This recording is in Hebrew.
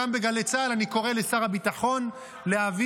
גם בגלי צה"ל אני קורא לשר הביטחון להביא